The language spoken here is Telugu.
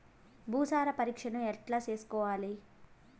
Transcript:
భూసార పరీక్షను ఎట్లా చేసుకోవాలి?